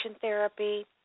therapy